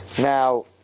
Now